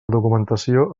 documentació